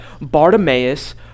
Bartimaeus